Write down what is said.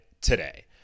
today